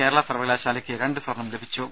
കേരള സർവകലാശാലയ്ക്ക് രണ്ട് സ്വർണ്ണം ലഭിച്ചു